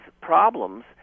problems